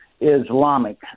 Islamic